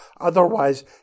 otherwise